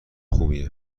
خوبیه